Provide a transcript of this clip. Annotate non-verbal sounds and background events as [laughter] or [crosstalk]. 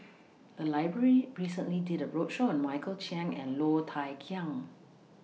[noise] The Library recently did A roadshow on Michael Chiang and Low Thia Khiang